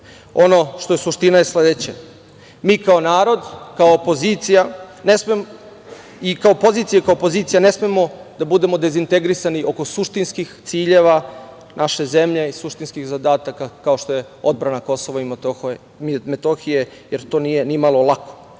što je suština je sledeća. Mi kao narod, kao opozicija i kao pozicija i kao opozicija ne smemo da budemo dezintegrisani oko suštinskih ciljeva naše zemlje i suštinskih zadataka, kao što je odbrana Kosova i Metohije, jer to nije ni malo lako. Što